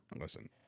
Listen